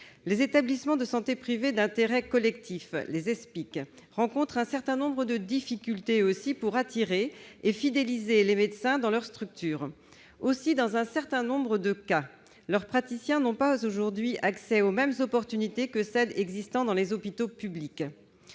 Les établissements de santé privés d'intérêt collectif, ou Espic, rencontrent des difficultés pour attirer et fidéliser les médecins dans leurs structures. Dans un certain nombre de cas, leurs praticiens n'ont pas accès aux mêmes opportunités que celles qui existent dans les hôpitaux publics.